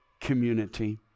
community